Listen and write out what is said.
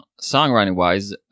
Songwriting-wise